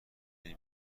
دونی